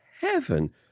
heaven